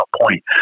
point